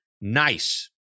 nice